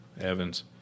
Evans